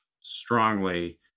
strongly